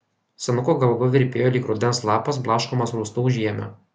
senuko galva virpėjo lyg rudens lapas blaškomas rūstaus žiemio